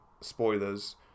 spoilers